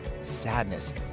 sadness